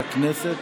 הכנסת.